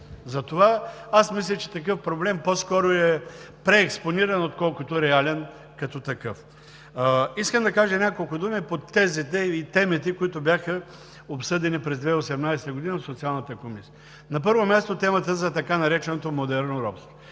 затова аз мисля, че такъв проблем по-скоро е преекспониран, отколкото реален като такъв. Искам да кажа няколко думи по тези идеи и темите, които бяха обсъдени през 2018 г. в Социалната комисия. На първо място е темата за така нареченото модерно робство.